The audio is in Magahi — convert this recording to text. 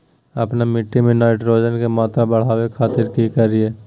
आपन मिट्टी में नाइट्रोजन के मात्रा बढ़ावे खातिर की करिय?